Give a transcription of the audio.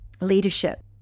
leadership